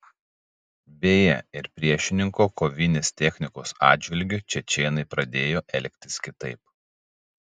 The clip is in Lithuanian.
beje ir priešininko kovinės technikos atžvilgiu čečėnai pradėjo elgtis kitaip